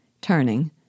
turning